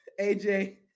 AJ